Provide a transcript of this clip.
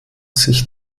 sich